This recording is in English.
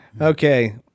Okay